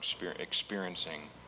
experiencing